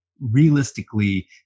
realistically